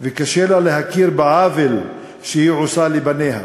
וקשה לה להכיר בעוול שהיא עושה לבניה.